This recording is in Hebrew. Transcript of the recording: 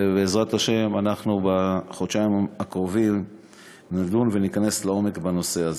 ובעזרת השם בחודשיים הקרובים נדון וניכנס לעומק בנושא הזה.